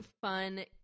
fun